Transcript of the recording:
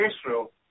Israel